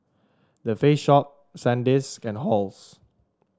The Face Shop Sandisk and Halls